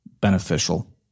beneficial